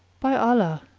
by allah,